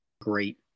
great